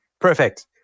perfect